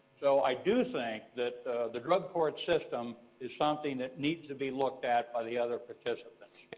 so i do think that the drug court system is something that needs to be looked at by the other participants.